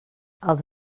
els